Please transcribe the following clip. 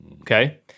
Okay